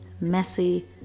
Messy